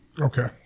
Okay